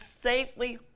safely